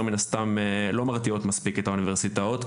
מן הסתם לא מרתיעות מספיק את האוניברסיטאות.